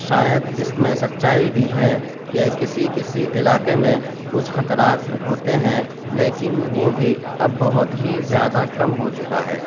شاید اس میں سچائی بھی ہے کہ کسی کسی علاقے میں کچھ خطرات تو ہوتے ہیں لیکن وہ بھی اب بہت ہی زیادہ کم ہو چکا ہے